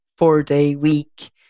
four-day-week